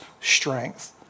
strength